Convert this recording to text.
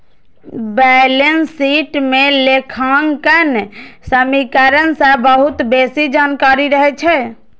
balance sheet मे लेखांकन समीकरण सं बहुत बेसी जानकारी रहै छै